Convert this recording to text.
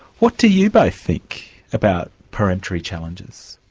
what do you both think about peremptory challenges?